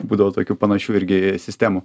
būdavo tokių panašių irgi sistemų